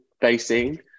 facing